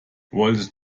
wolltest